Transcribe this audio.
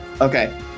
okay